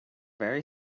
very